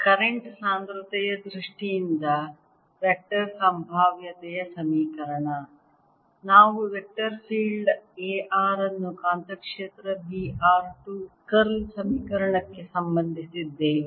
current ಸಾಂದ್ರತೆಯ ದೃಷ್ಟಿಯಿಂದ vector ಸಂಭಾವ್ಯತೆಯ ಸಮೀಕರಣ ನಾವು ವೆಕ್ಟರ್ ಫೀಲ್ಡ್ A r ಅನ್ನು ಕಾಂತಕ್ಷೇತ್ರ B r ಟು ಕರ್ಲ್ ಸಮೀಕರಣಕ್ಕೆ ಸಂಬಂಧಿಸಿದ್ದೇವೆ